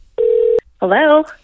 Hello